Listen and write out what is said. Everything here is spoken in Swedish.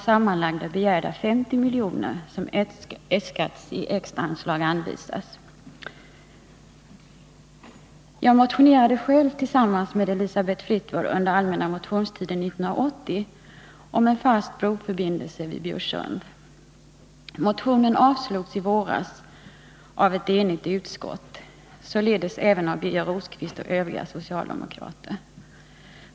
Sammanlagt begärs 50 milj.kr. i extra anslag för brobyggen. Jag motionerade själv tillsammans med Elisabeth Fleetwood under allmänna motionstiden i år om en fast broförbindelse vid Bjursund. Motionen avstyrktes i våras av ett enigt utskott — således även av Birger Rosqvist och övriga socialdemokrater.